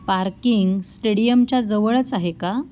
parking स्टेडियमच्या जवळच आहे का